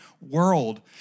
world